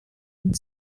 and